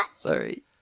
Sorry